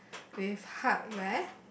with hardware